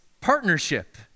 partnership